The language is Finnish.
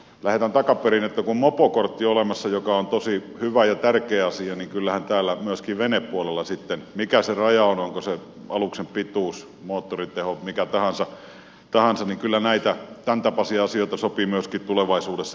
kun on mopokortti olemassa mikä on tosi hyvä ja tärkeä asia niin kyllähän myöskin täällä venepuolella sitten mikä se raja on onko se aluksen pituus moottoritehot mikä tahansa näitä tämän tapaisia asioita sopii myöskin tulevaisuudessa miettiä